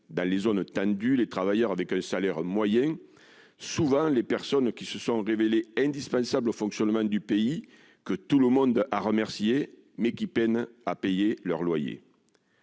Dans les zones tendues, les travailleurs percevant un salaire moyen, qui sont souvent ceux qui se sont révélés indispensables au fonctionnement du pays et que tout le monde a remerciés, peinent à payer leur loyer.